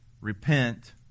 repent